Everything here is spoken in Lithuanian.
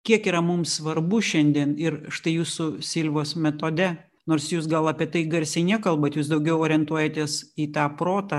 kiek yra mums svarbu šiandien ir štai jūsų silvos metode nors jūs gal apie tai garsiai nekalbat jūs daugiau orientuojatės į tą protą